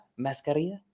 mascarilla